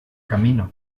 camino